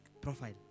profile